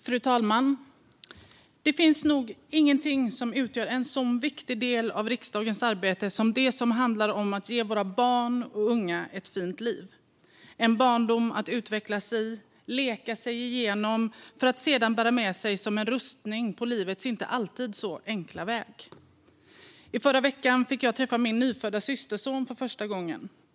Fru talman! Det finns nog ingenting som utgör en så viktig del av riksdagens arbete som det som handlar om att ge våra barn och unga ett fint liv och en barndom att utvecklas i och leka sig igenom för att sedan bära med sig som en rustning på livets inte alltid så enkla väg. I förra veckan fick jag träffa min nyfödda systerson för första gången.